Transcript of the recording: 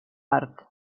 art